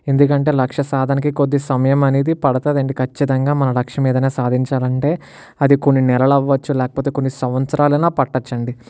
ఎందుకంటే లక్ష్య సాధనకి కొద్ది సమయం అనేది పడతుంది అండి ఖచ్చితంగా మన లక్ష్యం ఏదన్నా సాధించాలంటే అది కొన్ని నెలలు అవ్వవచ్చు లేకపోతే కొన్ని సంవత్సరాలు అయినా పట్టవచ్చు అండి